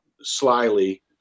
Slyly